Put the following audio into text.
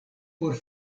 por